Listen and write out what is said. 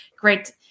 great